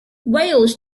wales